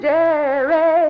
Jerry